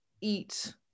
eat